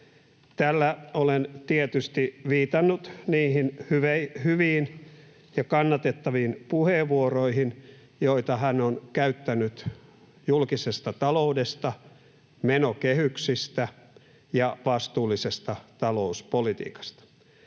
Tällä olen tietysti viitannut niihin hyviin ja kannatettaviin puheenvuoroihin, joita hän on käyttänyt julkisesta taloudesta, menokehyksistä ja vastuullisesta talouspolitiikasta.